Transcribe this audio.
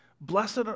blessed